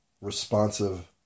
responsive